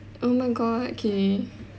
oh my god okay